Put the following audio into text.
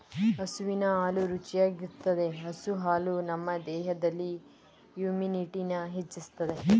ಹಸುವಿನ ಹಾಲು ರುಚಿಯಾಗಿರ್ತದೆ ಹಸು ಹಾಲು ನಮ್ ದೇಹದಲ್ಲಿ ಇಮ್ಯುನಿಟಿನ ಹೆಚ್ಚಿಸ್ತದೆ